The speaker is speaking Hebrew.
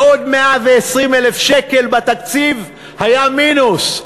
עוד 120 מיליון שקל בתקציב היו במינוס,